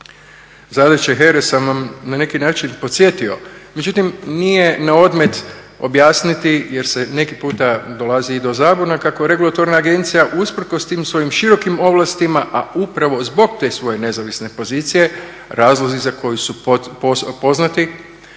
Zadaće HERA-e sam vas na neki način podsjetio, međutim nije na odmet objasniti jer neki puta dolazi i do zabuna kako regulatorna agencija usprkos tim svojim širokim ovlastima, a upravo zbog te svoje nezavisne pozicije razlozi koji su poznati